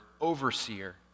overseer